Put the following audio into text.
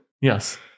Yes